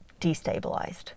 destabilized